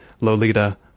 lolita